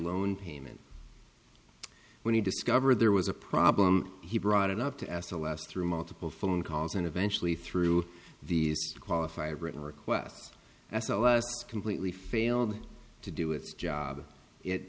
loan payment when he discovered there was a problem he brought it up to as a last through multiple phone calls and eventually through the qualify written requests as a last completely failed to do its job it